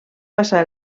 passar